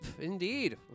indeed